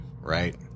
right